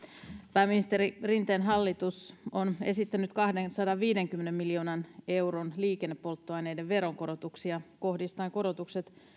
pääministeri rinteen hallitus on esittänyt kahdensadanviidenkymmenen miljoonan euron liikennepolttoaineiden veronkorotuksia kohdistaen korotukset